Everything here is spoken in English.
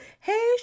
Hey